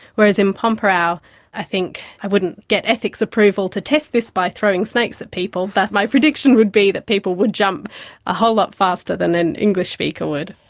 whereas in pormpuraaw i think i wouldn't get ethics approval to test this by throwing snakes at people but my prediction would be that people would jump a whole lot faster than an english speaker would.